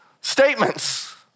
statements